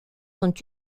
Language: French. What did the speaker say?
sont